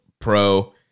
pro